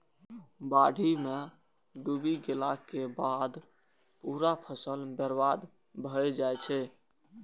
बाढ़ि मे डूबि गेलाक बाद पूरा फसल बर्बाद भए जाइ छै